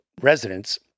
residents